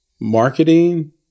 Marketing